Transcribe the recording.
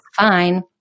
fine